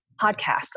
podcasts